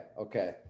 Okay